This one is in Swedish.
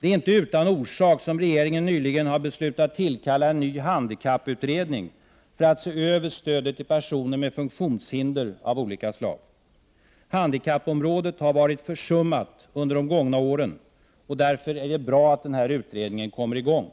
Det är inte utan orsak som regeringen nyligen har beslutat tillkalla en ny handikapputredning för att se över stödet till personer med funktionshinder av olika slag. Handikappområdet har varit försummat under de gångna åren. Därför är det bra att den här utredningen kommer i gång.